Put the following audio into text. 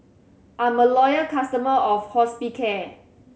I'm a loyal customer of Hospicare